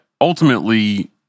ultimately